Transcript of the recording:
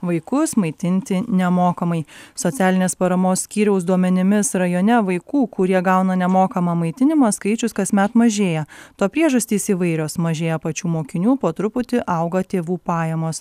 vaikus maitinti nemokamai socialinės paramos skyriaus duomenimis rajone vaikų kurie gauna nemokamą maitinimą skaičius kasmet mažėja to priežastys įvairios mažėja pačių mokinių po truputį auga tėvų pajamos